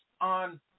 on